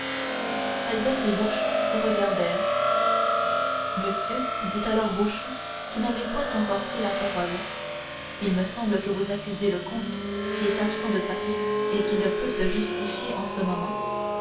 albert et beauchamp se regardèrent monsieur dit alors beauchamp qui n'avait point encore pris la parole il me semble que vous accusez le comte qui est absent de paris et qui ne peut se justifier en ce moment